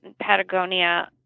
Patagonia